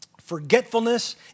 forgetfulness